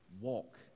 walk